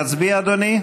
לחלופין להצביע, אדוני?